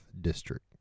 District